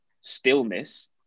stillness